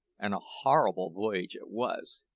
and a horrible voyage it was.